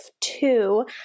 two